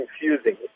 confusing